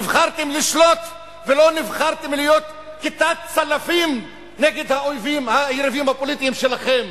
נבחרתם לשלוט ולא נבחרתם להיות כיתת צלפים נגד היריבים הפוליטיים שלכם.